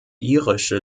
irische